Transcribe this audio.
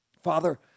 Father